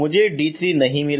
मुझे d3 नहीं मिला